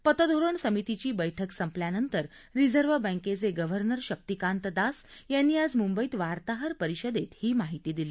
पतधोरण समितीची बैठक संपल्यानंतर रिझव्हं बँकेचे गव्हर्नर शक्तिकांत दास यांनी आज मुंबईत वार्ताहरपरिषदेत ही माहिती दिली